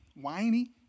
Whiny